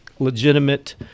legitimate